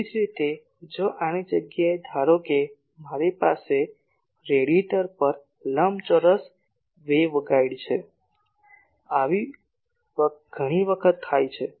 તેવી જ રીતે જો આની જગ્યાએ ધારો કે મારી પાસે રેડિયેટર પર લંબચોરસ વેવગાઇડ છે ઘણી વખત આવું થાય છે